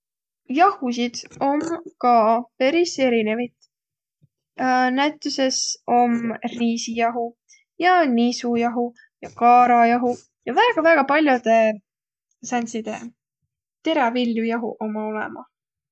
Jahusit on ka peris erinevit. Näütüses om riisijahu ja nisujahu ja kaarajahu, ja väega-väega pall'odõ sääntside teräviljo jahuq ommaq olõmah.